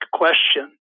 question